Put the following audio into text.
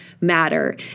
matter